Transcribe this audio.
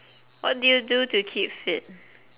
what do you do to keep fit